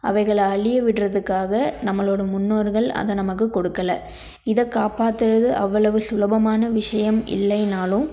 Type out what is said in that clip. அவைகளை அழிய விட்டுறதுக்காக நம்மளோடய முன்னோர்கள் அதை நமக்கு கொடுக்கலை இதை காப்பாற்றுறது அவ்வளவு சுலபமான விஷயம் இல்லைன்னாலும்